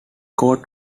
court